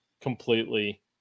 completely